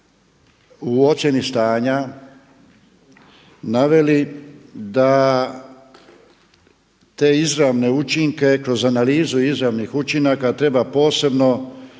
u ocjeni stanja naveli da te izravne učinke kroz analizu izravnih učinaka treba posebno